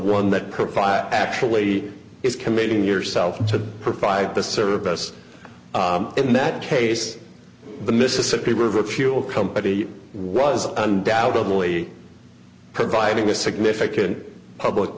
profile actually is committing yourself to provide the service in that case the mississippi river fuel company was undoubtedly providing a significant public